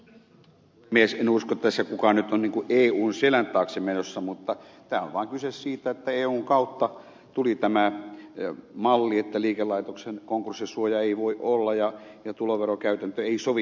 en usko että tässä kukaan nyt on niin kuin eun selän taakse menossa mutta tässä on vain kyse siitä että eun kautta tuli tämä malli että liikelaitoksen konkurssisuojaa ei voi olla ja tuloverokäytäntö ei sovi yhteismarkkinoille